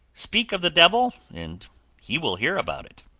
speak of the devil and he will hear about it.